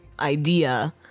idea